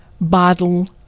bottle